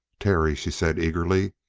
terry, she said eagerly,